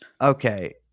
Okay